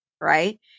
right